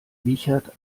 wiechert